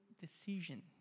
decision